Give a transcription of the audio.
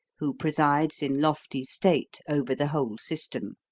who presides in lofty state over the whole system.